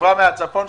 החברה מהצפון?